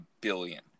billion